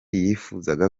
yifuzaga